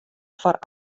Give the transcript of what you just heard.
foar